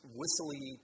whistly